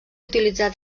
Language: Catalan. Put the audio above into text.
utilitzar